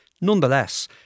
Nonetheless